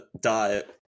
diet